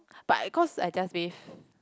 but at cause I just wave